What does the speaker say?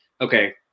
okay